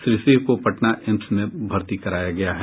श्री सिंह को पटना एम्स में भर्ती कराया गया है